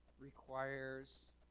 requires